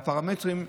הפרמטרים,